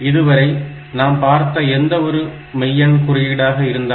இதுவரை நாம் பார்த்த எந்த ஒரு மெய்யெண் குறியீடாக இருந்தாலும்